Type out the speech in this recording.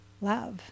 love